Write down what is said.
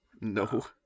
No